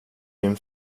din